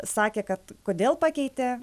sakė kad kodėl pakeitė